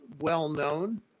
well-known